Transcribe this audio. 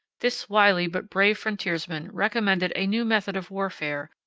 this wily but brave frontiersman recommended a new method of warfare,